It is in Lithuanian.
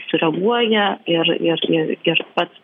sureaguoja ir ir ir ir pats